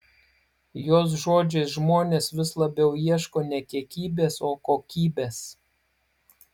jos žodžiais žmonės vis labiau ieško ne kiekybės o kokybės